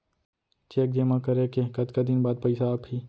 Cheque जेमा करें के कतका दिन बाद पइसा आप ही?